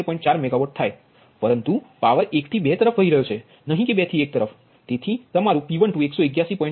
4 megawatt થાય પરંતુ power 1 થી 2 તરફ વહી રહ્યો છે નહી કે 2 થી 1 તરફ તમારું P12181